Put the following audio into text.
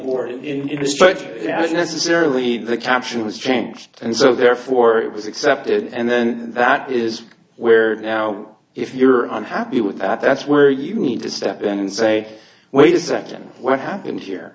isn't necessarily the caption was changed and so therefore it was accepted and then that is where now if you're unhappy with that that's where you need to step in and say wait a second what happened here